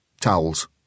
towels